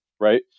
right